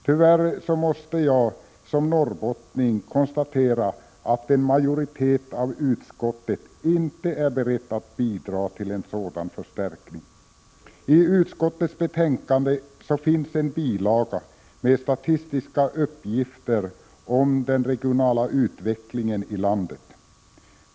Tyvärr måste jag som norrbottning konstatera att en majoritet av utskottet inte är beredd att bidra till en sådan förstärkning. I utskottets betänkande finns en bilaga med statistiska uppgifter om den regionala utvecklingen i landet.